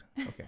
Okay